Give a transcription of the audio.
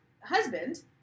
husband